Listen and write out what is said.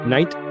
Night